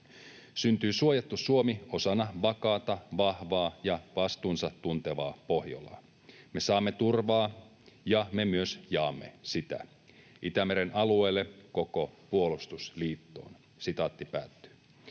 ”Syntyy suojattu Suomi osana vakaata, vahvaa ja vastuunsa tuntevaa Pohjolaa. Me saamme turvaa, ja me myös jaamme sitä Itämeren alueelle ja koko puolustusliittoon.” Tällä